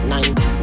Nine